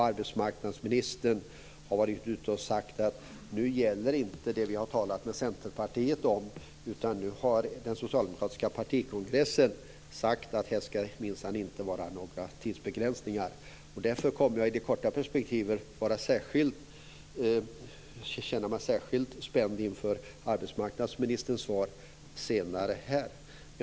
Arbetsmarknadsministern har sagt att det man talat med Centerpartiet om inte gäller, utan att den socialdemokratiska partikongressen har sagt att det minsann inte skall vara fråga om några tidsbegränsningar. I det korta perspektivet kommer jag därför att känna mig särskilt spänd inför arbetsmarknadsministerns svar senare under debatten.